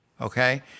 okay